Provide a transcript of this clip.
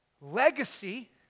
legacy